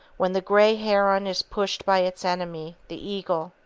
when the grey heron is pursued by its enemy, the eagle,